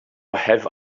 have